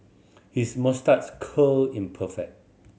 his moustache curl is perfect